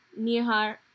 Nihar